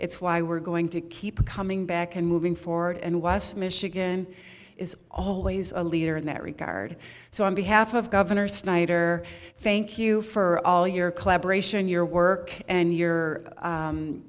it's why we're going to keep coming back and moving forward and michigan is always a leader in that regard so on behalf of governor snyder thank you for all your collaboration your work and your